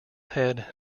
head